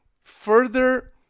further